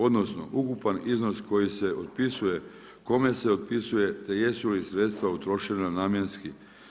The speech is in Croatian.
Odnosno, ukupan iznos koji se otpisuje, kome se otpisuje, te jesu li sredstva utrošena namjenski.